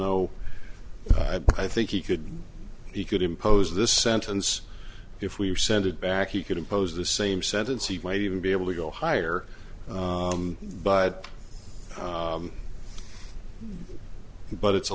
know but i think he could he could impose this sentence if we're sent it back he could impose the same sentence he might even be able to go higher but but it's a